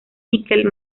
níquel